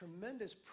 tremendous